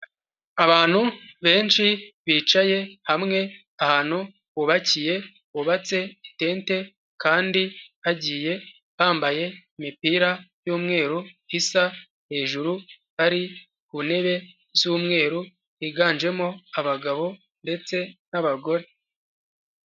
Abantu benshi bicaye hamwe ahantu hubakiye, hubatse itente kandi bagiye bambaye imipira y'umweru isa, hejuru hari intebe z'umweru, higanjemo abagabo ndetse n'abagore.